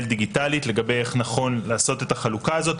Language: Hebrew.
דיגיטלית לגבי איך נכון לעשות את החלוקה הזאת,